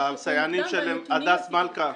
והנתונים --- הסייענים של הדס מלכא,